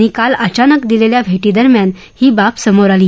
यांनी काल अचानक दिलेल्या भेटीदरम्यान ही बाब समोर आली